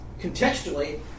Contextually